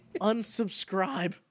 unsubscribe